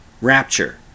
Rapture